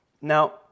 Now